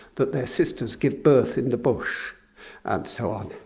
that their sisters give birth in the bush, and so on,